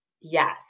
Yes